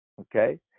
okay